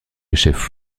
chef